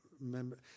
member